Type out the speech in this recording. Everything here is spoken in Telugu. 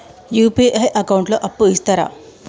యూ.పీ.ఐ అకౌంట్ లో అప్పు ఇస్తరా?